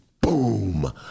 boom